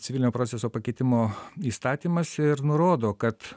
civilinio proceso pakeitimo įstatymas ir nurodo kad